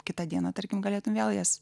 kitą dieną tarkim galėtumei vėl jas